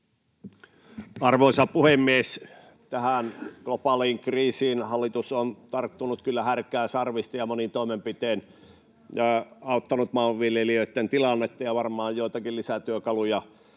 Arvoisa puhemies! Tähän globaaliin kriisiin hallitus on tarttunut kyllä härkää sarvista ja monin toimenpitein auttanut maanviljelijöitten tilannetta, ja varmaan joitakin lisätyökaluja